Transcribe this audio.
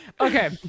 Okay